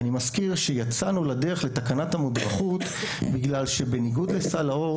אני מזכיר שיצאנו לדרך לתקנות המודרכות בגלל שבניגוד לסל האור